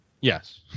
Yes